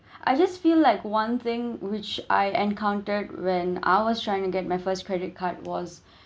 I just feel like one thing which I encountered when I was trying to get my first credit card was